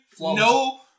No